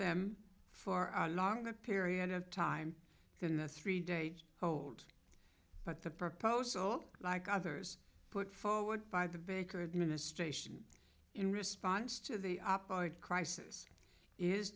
them for a longer period of time than the three days hold but the proposal like others put forward by the baker administration in response to the opposite crisis is